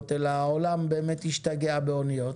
אלא העולם באמת השתגע באוניות.